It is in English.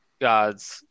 God's